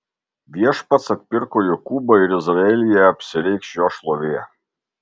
viešpats atpirko jokūbą ir izraelyje apsireikš jo šlovė